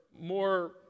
more